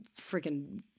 freaking